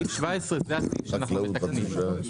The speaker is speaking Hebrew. תרשום את